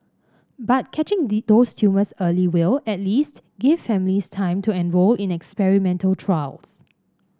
but catching those tumours early will at least give families time to enrol in experimental trials